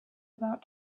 about